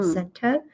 Center